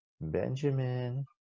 Benjamin